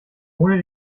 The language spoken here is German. ohne